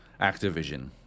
Activision